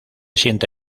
sienta